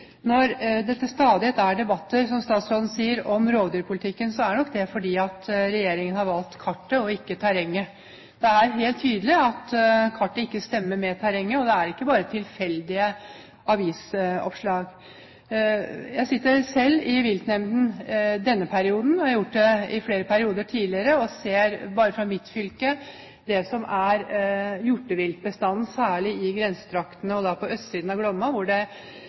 Når det, som statsråden sier, til stadighet er debatter om rovdyrpolitikken, er nok det fordi regjeringen har valgt kartet og ikke terrenget. Det er helt tydelig at kartet ikke stemmer med terrenget – det er ikke bare tilfeldige avisoppslag. Jeg sitter selv i viltnemnden denne perioden – jeg har gjort det i flere perioder tidligere – og ser bare i mitt fylke når det gjelder hjorteviltbestanden, særlig i grensetraktene, og da på østsiden av Glomma,